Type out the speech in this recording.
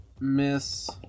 Miss